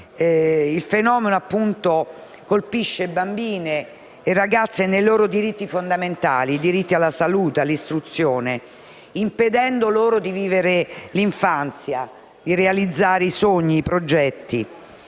Il fenomeno colpisce bambine e ragazze nei loro diritti fondamentali, alla salute e all'istruzione, impedendo loro di vivere l'infanzia, di realizzare i sogni e i progetti.